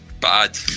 bad